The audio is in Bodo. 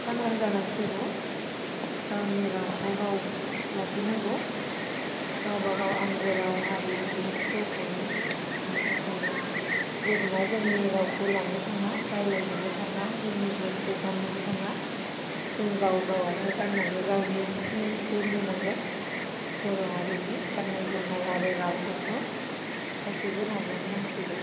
सांग्रां जानांसिगौ गावनि रावखौ गाव लाखिनांगौ गावबागाव आंगो राव हारिमु दंखायो बेनि थाखायनो गुबुना जोंनि रावखौ लानो थाङा रायलायनोबो थाङा जोंनि ड्रेसखौ गान्नोबो थाङा जों गाव गावहानो गान्नानै गावनि सिनायथिखौ होनो नांगोन बर' हारिनि गान्नाय जोमनाय आरो रावफोरखौ गासिबो नाजानो नांसिगौ